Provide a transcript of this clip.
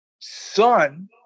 son